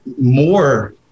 more